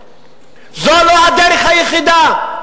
זו לא הדרך היחידה.